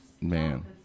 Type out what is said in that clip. Man